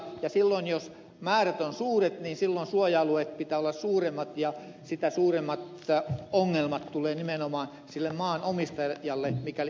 ja silloin jos määrät ovat suuret niin silloin suoja alueiden pitää olla suuremmat ja sitä suuremmat ongelmat tulee nimenomaan sille maanomistajalle mikäli itse olen tulkinnut tätä oikein